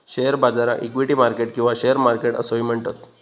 share बाजाराक equity market किंवा share market असोही म्हणतत